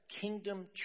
kingdom